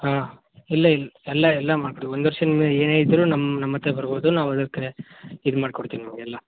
ಹಾಂ ಇಲ್ಲೇ ಎಲ್ಲ ಎಲ್ಲ ಮಾಡ್ತೀವಿ ಒಂದು ವರ್ಷ ನಿಮ್ದು ಏನೇ ಇದ್ದರು ನಮ್ಮ ನಮ್ಮ ಹತ್ರ ಬರ್ಬೋದು ನಾವು ಅದಕ್ಕೆ ಇದು ಮಾಡ್ಕೊಡ್ತೀವಿ ನಿಮ್ಗೆ ಎಲ್ಲ